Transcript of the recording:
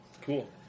Cool